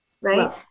right